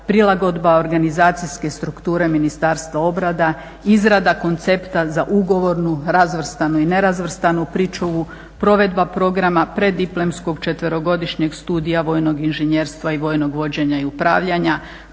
prilagodba organizacijske strukture Ministarstva obrane, izrada koncepta za ugovornu, razvrstanu i nerazvrstanu pričuvu, provedba programa preddiplomskog četverogodišnjeg studija vojnog inženjerstva i vojnog vođenja i upravljanja,